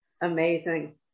Amazing